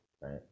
right